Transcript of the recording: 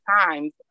times